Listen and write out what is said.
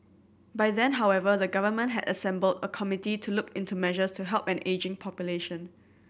by then however the government had assembled a committee to look into measures to help an ageing population